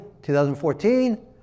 2014